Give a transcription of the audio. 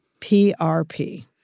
PRP